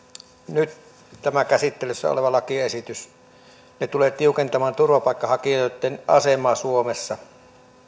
nyt tämä käsittelyssä oleva lakiesitys tulee tiukentamaan turvapaikanhakijoitten asemaa suomessa